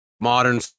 modern